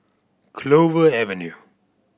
Clover Avenue